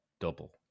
double